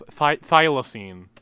thylacine